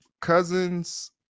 Cousins